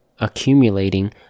accumulating